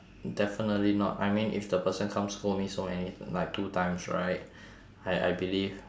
definitely not I mean if the person come scold me so many like two times right I I believe